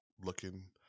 looking